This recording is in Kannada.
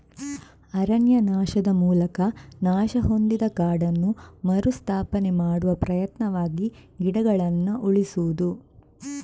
ಅರಣ್ಯನಾಶದ ಮೂಲಕ ನಾಶ ಹೊಂದಿದ ಕಾಡನ್ನು ಮರು ಸ್ಥಾಪನೆ ಮಾಡುವ ಪ್ರಯತ್ನವಾಗಿ ಗಿಡಗಳನ್ನ ಉಳಿಸುದು